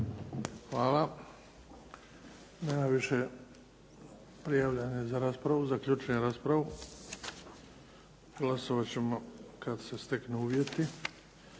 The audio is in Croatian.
Hvala. Nema više prijavljenih za raspravu. Zaključujem raspravu. Glasovati ćemo kada se steknu uvjeti.